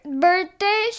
birthday